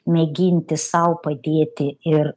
mėginti sau padėti ir